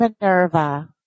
Minerva